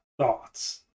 thoughts